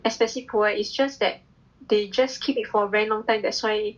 especially 普洱 is just that they just keep it for a long time that's why